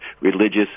religious